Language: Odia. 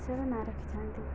ଓଡ଼ିଶାର ନାଁ ରଖିଥାନ୍ତି